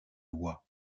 lois